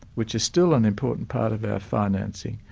which is still an important part of our financing.